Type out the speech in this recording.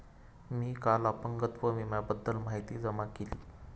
मी काल अपंगत्व विम्याबद्दल माहिती जमा केली